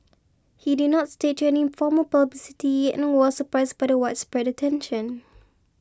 he did not stage any formal publicity and was surprised by the widespread attention